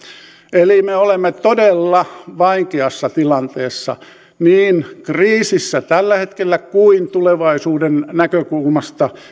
eli me olemme todella vaikeassa tilanteessa kriisissä niin tällä hetkellä kuin tulevaisuuden näkökulmasta